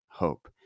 hope